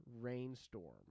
rainstorm